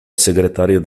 segretario